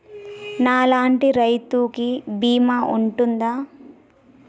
నా లాంటి రైతు కి బీమా ఉంటుందా?